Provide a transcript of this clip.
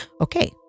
Okay